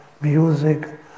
music